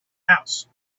house